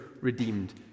redeemed